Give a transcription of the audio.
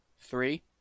three